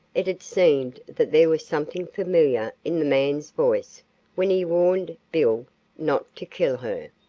it had seemed that there was something familiar in the man's voice when he warned bill not to kill her.